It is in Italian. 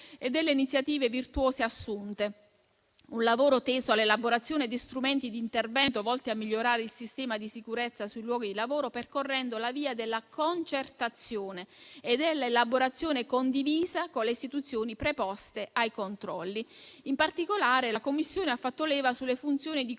e delle iniziative virtuose assunte. Un lavoro teso all'elaborazione di strumenti di intervento volti a migliorare il sistema di sicurezza sui luoghi di lavoro, percorrendo la via della concertazione e dell'elaborazione condivisa con le istituzioni preposte ai controlli. In particolare, la Commissione ha fatto leva sulle funzioni di